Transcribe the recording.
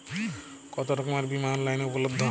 কতোরকমের বিমা অনলাইনে উপলব্ধ?